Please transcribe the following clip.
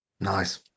nice